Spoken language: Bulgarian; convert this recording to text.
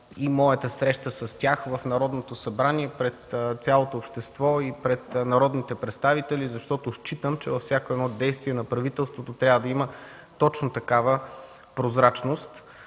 моята среща с тях в Народното събрание пред цялото общество и пред народните представители, защото считам, че във всяко действие на правителството трябва да има точно такава прозрачност.